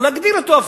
או להגדיל אותו,